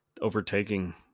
overtaking